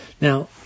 Now